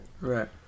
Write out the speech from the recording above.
right